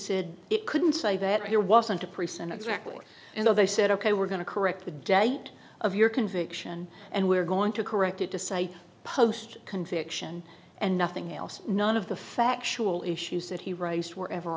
said it couldn't say that there wasn't a person exactly and they said ok we're going to correct the date of your conviction and we're going to correct it to say post conviction and nothing else none of the factual issues that he writes were ever